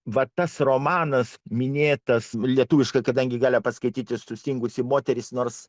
va tas romanas minėtas lietuviškai kadangi gali paskaityti sustingusį moteris nors